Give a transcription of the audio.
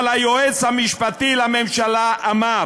אבל היועץ המשפטי לממשלה אמר